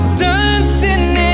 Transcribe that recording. dancing